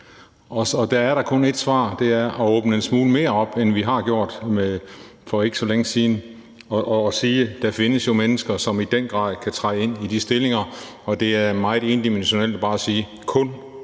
Der er der kun ét svar, og det er at åbne en smule mere op, end vi har gjort indtil for ikke så længe siden, og sige, at der jo findes mennesker, som i den grad kan træde ind i de stillinger, og det er meget endimensionelt bare at sige,